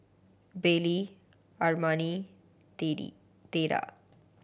Baylie Armani Theda